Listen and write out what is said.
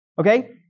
Okay